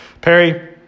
Perry –